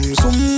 zoom